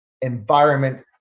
environment